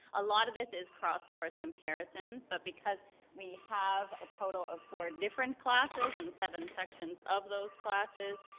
a lot of this is cross course comparisons. but because we have a total of four different classes and seven sections of those classes,